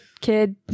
kid